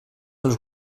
dels